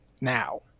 now